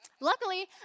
Luckily